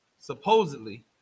supposedly